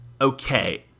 okay